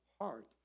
heart